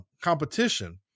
competition